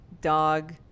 dog